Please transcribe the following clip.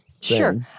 Sure